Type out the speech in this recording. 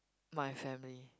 my family